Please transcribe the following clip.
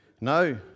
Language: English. No